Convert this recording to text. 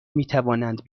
میتوانند